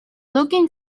looking